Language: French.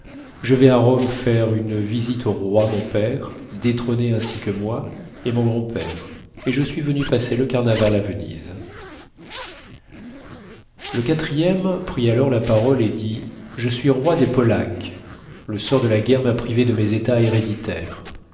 je vais à rome faire une visite au roi mon père détrôné ainsi que moi et mon grand-père et je suis venu passer le carnaval à venise sur charles édouard voyez tome xxi le chapitre xxxv du précis du siècle de louis xv b le quatrième prit alors la parole et dit je suis roi des polaques le sort de la guerre m'a privé de mes états héréditaires